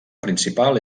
principal